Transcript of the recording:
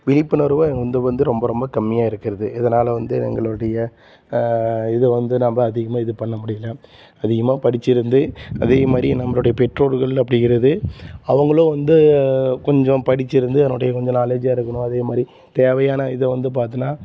விழிப்புணர்வு வந்து வந்து ரொம்ப ரொம்ப கம்மியாக இருக்கிறது இதனால் வந்து எங்களுடைய இது வந்து ரொம்ப அதிகமாக இது பண்ண முடியல அதிகமா படித்திருந்து அதே மாதிரி நம்மளுடைய பெற்றோர்கள் அப்படிங்கிறது அவங்களும் வந்து கொஞ்சம் படித்திருந்து அதனுடைய கொஞ்சம் நாலேட்ஜாக இருக்கணும் அதே மாதிரி தேவையான இதை வந்து பார்த்தீன்னா